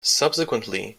subsequently